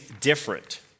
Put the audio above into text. different